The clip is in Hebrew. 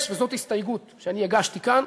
יש, וזאת הסתייגות שאני הגשתי כאן,